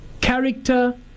character